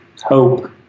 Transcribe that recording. hope